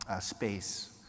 space